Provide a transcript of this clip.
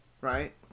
right